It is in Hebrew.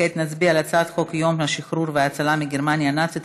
כעת נצביע על הצעת חוק יום השחרור וההצלה מגרמניה הנאצית,